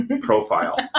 profile